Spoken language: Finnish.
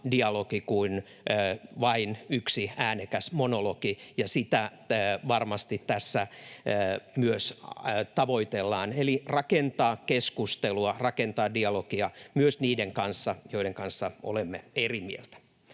kuin vain yksi äänekäs monologi, ja sitä varmasti tässä myös tavoitellaan eli rakentaa keskustelua, rakentaa dialogia myös niiden kanssa, joiden kanssa olemme eri mieltä.